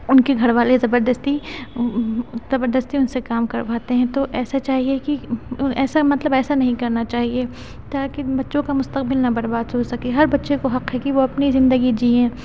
ان کے گھر والے زبردستی زبردستی ان سے کام کرواتے ہیں تو ایسا چاہیے کہ ایسا مطلب ایسا نہیں کرنا چاہیے تاکہ بچوں کا مستقبل نہ برباد ہو سکے ہر بچے کو حق ہے کہ وہ اپنے زندگی جئیں